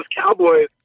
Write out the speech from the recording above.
Cowboys